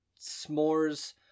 s'mores